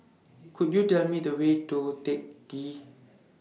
Could YOU Tell Me The Way to Teck Ghee